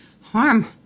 harm